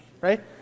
right